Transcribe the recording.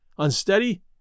Unsteady